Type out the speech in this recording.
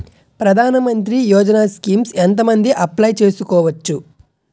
ప్రధాన మంత్రి యోజన స్కీమ్స్ ఎంత మంది అప్లయ్ చేసుకోవచ్చు?